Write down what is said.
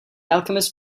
alchemist